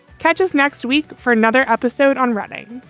catch us next week for another episode on running